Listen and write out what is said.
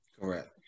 Correct